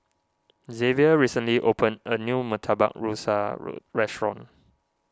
Zavier recently opened a new Murtabak Rusa road restaurant